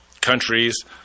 countries